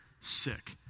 sick